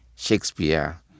Shakespeare